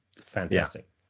Fantastic